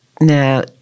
now